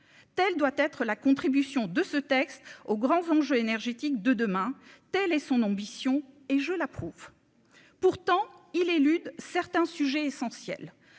telle doit être la contribution de ce texte aux grands enjeux énergétiques de demain, telle est son ambition et je l'approuve, pourtant il élude certains sujets essentiels,